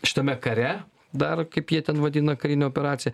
šitame kare dar kaip jie ten vadina karinę operaciją